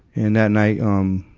and that night, um,